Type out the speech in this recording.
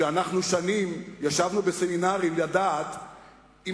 שאנחנו שנים ישבנו בסמינרים לדעת אם